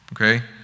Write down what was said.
Okay